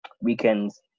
weekends